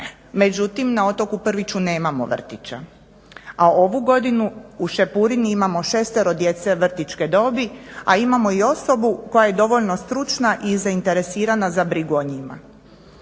Međutim na otoku Prviću nemamo vrtića, a ovu godinu u Šepurinu imamo šestero djece vrtićkih dobi a imamo i osobu koja je dovoljno stručna i zainteresirana o njima.